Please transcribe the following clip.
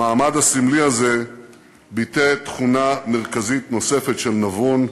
המעמד הסמלי הזה ביטא תכונה מרכזית נוספת של נבון,